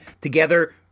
together